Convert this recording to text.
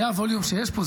זה הווליום שיש פה?